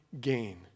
gain